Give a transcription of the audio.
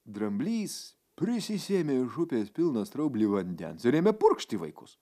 dramblys prisisėmė iš upės pilną straublį vandens ir ėmė purkšti vaikus